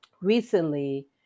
Recently